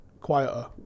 quieter